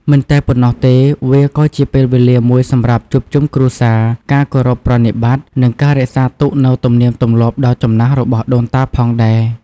មិនតែប៉ុណ្ណោះទេ វាក៏ជាពេលវេលាមួយសម្រាប់ជួបជុំគ្រួសារ ការគោរពប្រណិប័តន៍ និងការរក្សាទុកនូវទំនៀមទម្លាប់ដ៏ចំណាស់របស់ដូនតាផងដែរ។